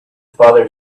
father